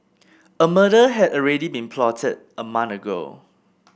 a murder had already been plotted a month ago